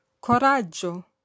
Coraggio